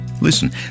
Listen